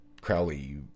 crowley